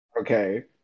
Okay